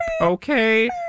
okay